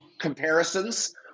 comparisons